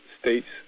states